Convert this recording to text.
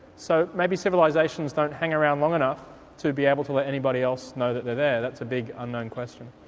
so maybe civilisations don't hang around long enough to be able to let anybody else know that they're there. that's a big unknown question.